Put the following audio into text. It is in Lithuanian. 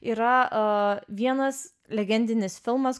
yra vienas legendinis filmas